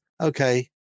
okay